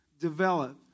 develop